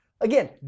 again